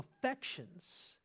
affections